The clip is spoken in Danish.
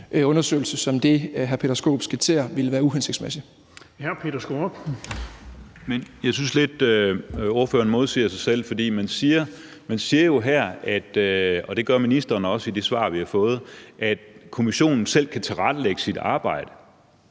(Erling Bonnesen): Hr. Peter Skaarup. Kl. 16:41 Peter Skaarup (DD): Jeg synes lidt, ordføreren modsiger sig selv. For man siger jo her, og det gør ministeren også i de svar, vi har fået, at kommissionen selv kan tilrettelægge sit arbejde.